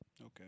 Okay